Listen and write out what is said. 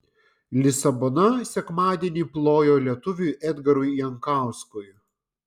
lisabona sekmadienį plojo lietuviui edgarui jankauskui